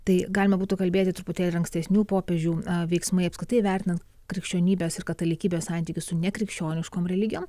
tai galima būtų kalbėti truputėlį ankstesnių popiežių veiksmai apskritai vertinant krikščionybės ir katalikybės santykius su nekrikščioniškom religijoms